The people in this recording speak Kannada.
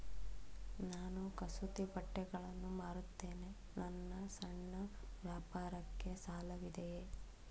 ನಾನು ಕಸೂತಿ ಬಟ್ಟೆಗಳನ್ನು ಮಾರುತ್ತೇನೆ ನನ್ನ ಸಣ್ಣ ವ್ಯಾಪಾರಕ್ಕೆ ಸಾಲವಿದೆಯೇ?